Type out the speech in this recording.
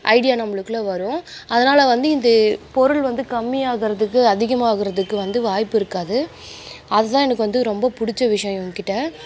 idea நம்மளுக்குள்ள வரும் அதனால் வந்து இது பொருள் வந்து கம்மியாகிறதுக்கு அதிகமாகிறதுக்கு வந்து வாய்ப்பு இருக்காது அதுதான் எனக்கு வந்து ரொம்ப பிடிச்ச விஷயம் இவங்கக் கிட்டே